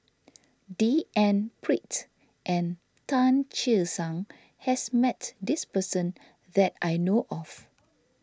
D N Pritt and Tan Che Sang has met this person that I know of